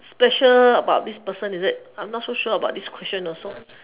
special about this person is it I'm not so sure about this question also